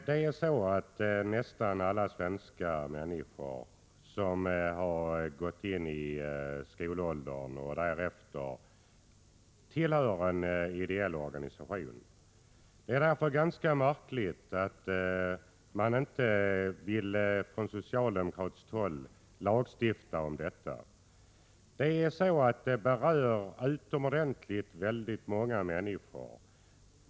Herr talman! Nästan alla svenskar som har nått skolåldern, yngre och äldre, tillhör en ideell organisation. Det är därför ganska märkligt att man från socialdemokratiskt håll inte vill lagstifta på det nu aktuella området. Detta berör utomordentligt många människor.